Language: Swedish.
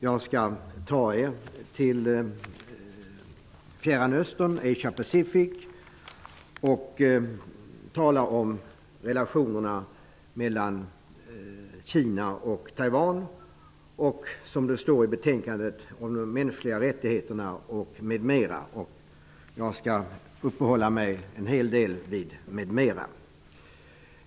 Jag skall ta er med till Fjärran Östern, Asia Pacific, och tala om relationerna mellan Kina och Taiwan. Betänkandet handlar om de mänskliga rättigheterna m.m. Jag skall uppehålla mig en hel del vid ''m.m.''.